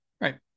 Right